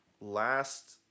last